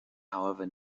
however